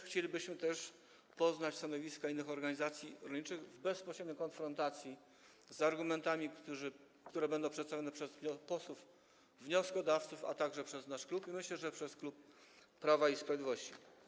Chcielibyśmy też poznać stanowiska innych organizacji rolniczych w bezpośredniej konfrontacji z argumentami, które będą przedstawione przez posłów wnioskodawców, a także przez nasz klub i, jak myślę, przez klub Prawa i Sprawiedliwości.